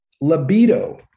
Libido